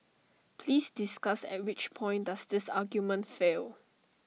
please discuss at which point does this argument fail